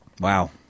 Wow